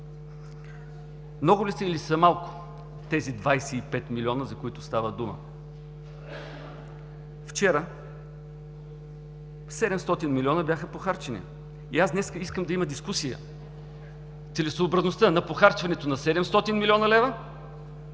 Много ли са, или са малко тези 25 милиона, за които става дума? Вчера 700 милиона бяха похарчени и днес аз искам да има дискусия. Целесъобразността на похарчването на 700 млн. лв.